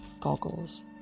goggles